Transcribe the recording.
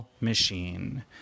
machine